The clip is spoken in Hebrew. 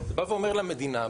אתה בא ואומר למדינה,